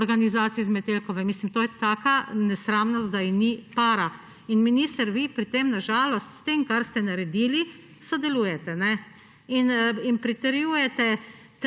organizacije z Metelkove. Mislim, to je taka nesramnost, da ji ni para! Minister, vi pri tem, na žalost, s tem, kar ste naredili, sodelujete in pritrjujete